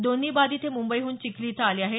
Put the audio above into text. दोन्ही बाधित हे मुंबईहून चिखली इथं आले आहेत